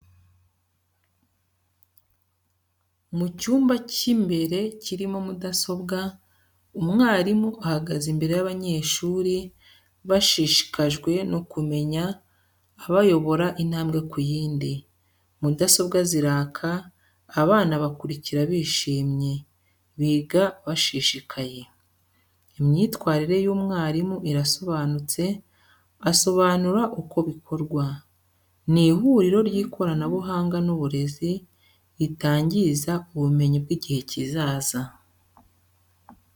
Mu cyumba cy'imbere kirimo mudasobwa, umwarimu ahagaze imbere y’abanyeshuri bashishikajwe no kumenya, abayobora intambwe ku yindi. Mudasobwa ziraka, abana bakurikira bishimye, biga bashishikaye. Imyitwarire y’umwarimu irasobanutse, asobanura uko bikorwa. Ni ihuriro ry’ikoranabuhanga n’uburezi, ritangiza ubumenyi bw’igihe kizaza.